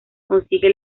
consigue